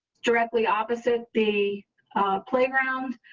directly opposite the playground.